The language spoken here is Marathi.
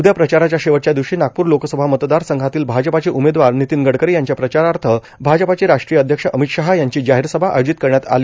उद्या प्रचाराच्या शेवटच्या दिवशी नागपूर लोकसभा मतदार संघातील भाजपाचे उमेदवार नितीन गडकरी यांच्या प्रचारार्थ भाजपाचे राष्ट्रीय अध्यक्ष अमित शाह यांची जाहीरसभा आयोजित करण्यात आली